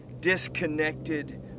disconnected